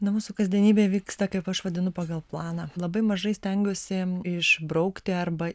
na mūsų kasdienybė vyksta kaip aš vadinu pagal planą labai mažai stengiuosi išbraukti arba